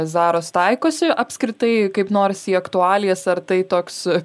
zaros taikosi apskritai kaip nors į aktualijas ar tai toks